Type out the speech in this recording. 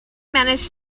managed